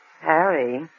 Harry